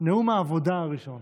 העבודה הראשון.